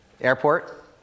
Airport